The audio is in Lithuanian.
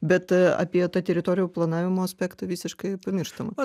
bet apie tą teritorijų planavimo aspektą visiškai pamirštama